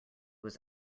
was